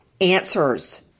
answers